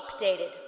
updated